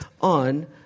on